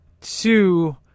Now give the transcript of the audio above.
two